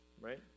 right